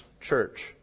church